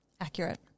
Accurate